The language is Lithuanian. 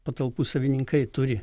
patalpų savininkai turi